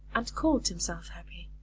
and called himself happy.